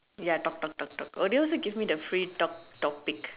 ya talk talk talk talk oh they also give me the free talk topics